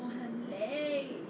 我很累